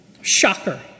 Shocker